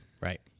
Right